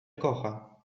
kocha